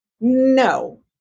No